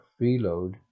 freeload